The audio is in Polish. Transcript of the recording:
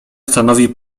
stanowi